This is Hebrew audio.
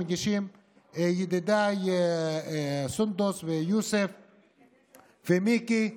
שמגישים ידידיי סונדוס ויוסף ומיקי,